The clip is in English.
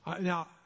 Now